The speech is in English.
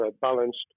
balanced